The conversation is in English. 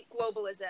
globalism